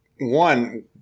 One